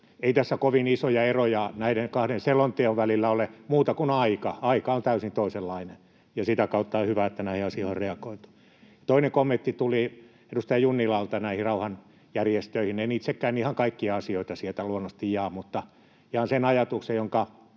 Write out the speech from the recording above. Ei tässä kovin isoja eroja näiden kahden selonteon välillä ole muuta kuin aika. Aika on täysin toisenlainen, ja sitä kautta on hyvä, että näihin asioihin on reagoitu. Toinen kommentti tuli edustaja Junnilalta näihin rauhanjärjestöihin. En itsekään ihan kaikkia asioita sieltä luonnollisesti jaa, mutta jaan sen ajatuksen, jonka